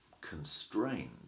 constrained